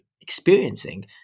experiencing